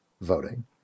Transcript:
voting